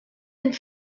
and